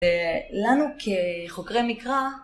לנו כחוקרי מקרא